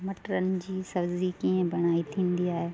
मटरनि जी सब्ज़ी कीअं बणाई थींदी आहे